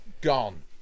Gone